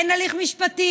אין הליך משפטי,